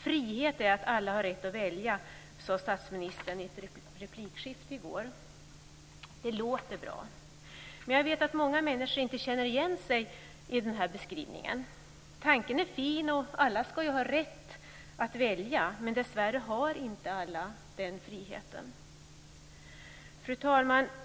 "Frihet är att alla har rätt att välja", sade statsministern i ett replikskifte i går. Det låter bra men jag vet att många människor inte känner igen sig i den här beskrivningen. Tanken är fin och alla ska ju ha rätt att välja. Dessvärre har inte alla den friheten. Fru talman!